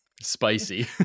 Spicy